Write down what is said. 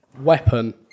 weapon